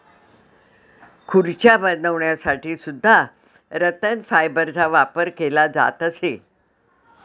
खुर्च्या बनवण्यासाठी सुद्धा रतन फायबरचा वापर केला जात असे